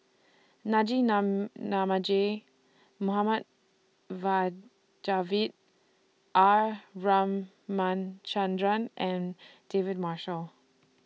Naji Nam Namagie Mohd Javad R Ramachandran and David Marshall